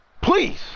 Please